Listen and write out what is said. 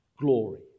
Glory